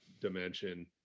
dimension